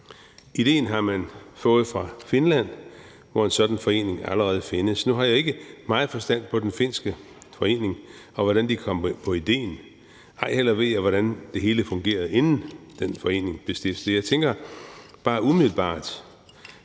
Idéen har man fået fra Finland, hvor en sådan forening allerede findes. Nu har jeg ikke meget forstand på den finske forening, og hvordan de er kommet på idéen; ej heller ved jeg, hvordan det hele fungerede, inden den forening blev stiftet. Jeg tænker bare umiddelbart,